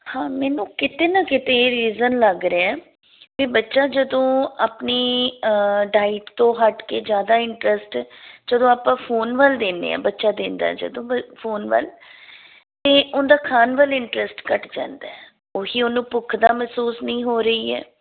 ਹਾਂ ਮੈਨੂੰ ਕਿਤੇ ਨਾ ਕਿਤੇ ਇਹ ਰੀਜਨ ਲੱਗ ਰਿਹਾ ਵੀ ਬੱਚਾ ਜਦੋਂ ਆਪਣੀ ਡਾਇਟ ਤੋਂ ਹਟ ਕੇ ਜ਼ਿਆਦਾ ਇੰਟਰਸਟ ਜਦੋਂ ਆਪਾਂ ਫੋਨ ਵੱਲ ਦਿੰਦੇ ਹਾਂ ਬੱਚਾ ਦਿੰਦਾ ਜਦੋਂ ਵੱ ਫੋਨ ਵੱਲ ਤਾਂ ਉਹਦਾ ਖਾਣ ਵੱਲ ਇੰਟਰਸਟ ਘੱਟ ਜਾਂਦਾ ਉਹ ਹੀ ਉਹਨੂੰ ਭੁੱਖ ਦਾ ਮਹਿਸੂਸ ਨਹੀਂ ਹੋ ਰਹੀ ਹੈ